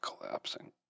Collapsing